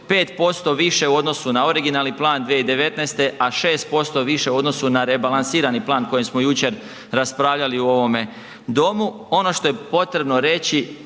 5% više u odnosu na originalni plan 2019. a 6% više u odnosu na rebalansirani plan kojeg smo jučer raspravljali u ovome domu. Ono što je potrebno reći